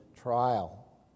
trial